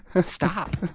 Stop